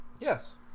Yes